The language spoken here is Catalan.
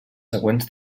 següents